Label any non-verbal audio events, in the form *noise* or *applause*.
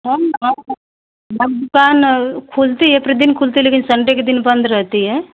हम *unintelligible* हमारी दुकान खुलती है प्रतिदिन खुलती है लेकिन संडे के दिन बंद रहती है